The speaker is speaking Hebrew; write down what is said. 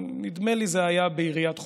נדמה לי שזה היה בעיריית חולון.